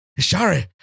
sorry